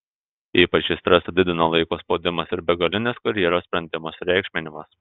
ypač šį stresą didina laiko spaudimas ir begalinis karjeros sprendimo sureikšminimas